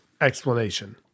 explanation